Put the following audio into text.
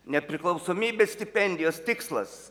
nepriklausomybės stipendijos tikslas